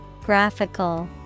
Graphical